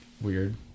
weird